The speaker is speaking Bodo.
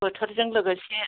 बोथोरजों लोगोसे